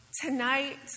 Tonight